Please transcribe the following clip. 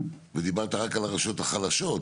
ודיברת רק על הרשויות החלשות,